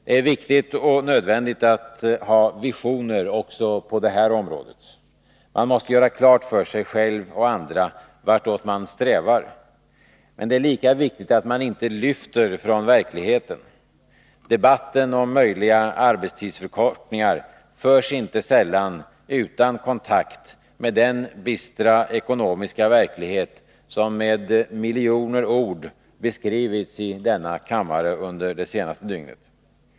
Det är viktigt och nödvändigt att ha visioner också på detta område. Man måste göra klart för sig själv och andra vartåt man strävar. Men det är lika viktigt att man inte lyfter från verkligheten. Debatten om möjliga arbetstidsförkortningar förs inte sällan utan kontakt med den bistra ekonomiska verklighet som med miljoner ord beskrivits i denna kammare det senaste dygnet.